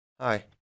Hi